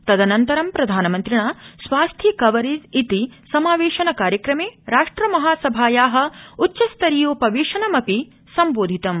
तदनन्तरं प्रधानन्त्रिणा स्वास्थ्य कवरेज इति समावेशन कार्यक्रमे राष्ट्र महासभाया उच्चस्तरीयो वेशनम संबोधितम्